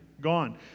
gone